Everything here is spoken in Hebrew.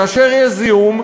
כאשר יש זיהום,